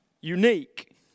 Unique